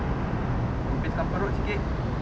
kempiskan perut sikit